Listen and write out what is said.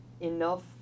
enough